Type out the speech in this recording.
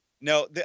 No